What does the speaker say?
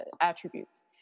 attributes